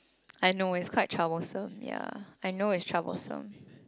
I know it's quite troublesome ya I know it's troublesome